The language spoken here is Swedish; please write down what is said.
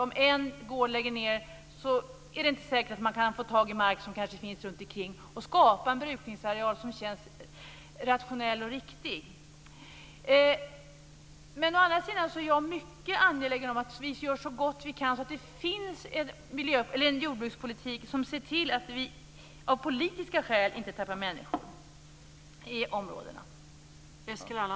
Om en gård lägger ned är det inte säkert att man kan få tag i mark runt omkring och skapa en brukningsareal som känns rationell och riktig. Å andra sidan är jag mycket angelägen om att vi gör så gott vi kan så att det finns en jordbrukspolitik som ser till att vi inte av politiska skäl tappar människor i områdena.